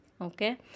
Okay